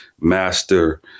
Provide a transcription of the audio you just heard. master –